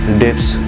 dips